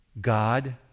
God